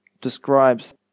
describes